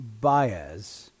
Baez